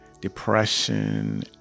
depression